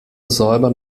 säubern